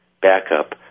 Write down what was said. backup